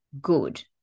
good